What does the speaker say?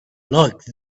like